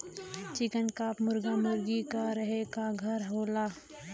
चिकन coop मुरगा मुरगी क रहे क घर होला